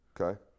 Okay